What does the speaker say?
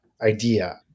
idea